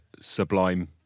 sublime